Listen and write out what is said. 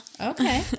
Okay